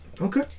Okay